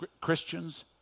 Christians